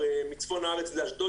מצפון הארץ לאשדוד.